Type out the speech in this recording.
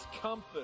comfort